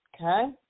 Okay